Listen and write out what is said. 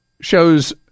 shows